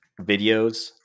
Videos